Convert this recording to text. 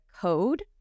code